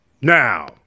now